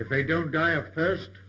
if they don't die of thirst